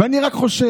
ואני רק חושב,